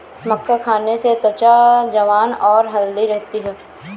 मक्का खाने से त्वचा जवान और हैल्दी रहती है